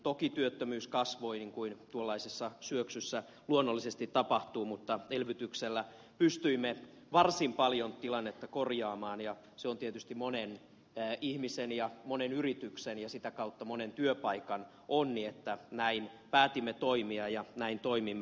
toki työttömyys kasvoi niin kuin tuollaisessa syöksyssä luonnollisesti tapahtuu mutta elvytyksellä pystyimme varsin paljon tilannetta korjaamaan ja se on tietysti monen ihmisen ja monen yrityksen ja sitä kautta monen työpaikan onni että näin päätimme toimia ja näin toimimme